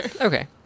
Okay